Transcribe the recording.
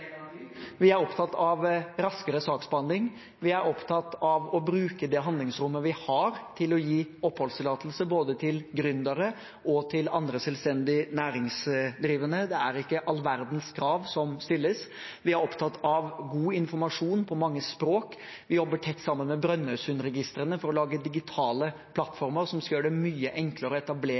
Vi er opptatt av raskere saksbehandling. Vi er opptatt av å bruke det handlingsrommet vi har til å gi oppholdstillatelse til både gründere og andre selvstendig næringsdrivende. Det er ikke all verdens krav som stilles. Vi er opptatt av god informasjon på mange språk. Vi jobber tett sammen med Brønnøysundregistrene for å lage digitale plattformer som skal gjøre det mye enklere å etablere